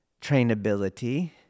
trainability